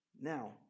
Now